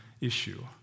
issue